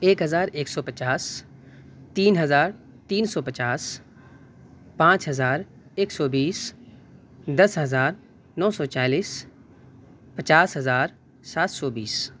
ایک ہزار ایک سو پچاس تین ہزار تین سو پچاس پانچ ہزار ایک سو بیس دس ہزار نو سو چالیس پچاس ہزار سات سو بیس